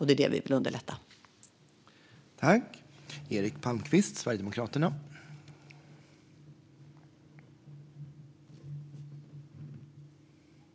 Det är det vi vill underlätta för.